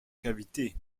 cavité